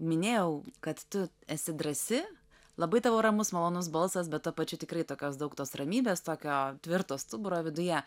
minėjau kad tu esi drąsi labai tavo ramus malonus balsas bet tuo pačiu tikrai tokios daug tos ramybės tokio tvirto stuburo viduje